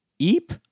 Eep